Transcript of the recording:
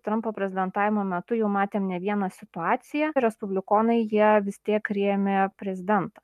trampo prezidentavimo metu jau matėm ne vieną situaciją respublikonai jie vis tiek rėmė prezidentą